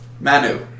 Manu